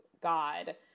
God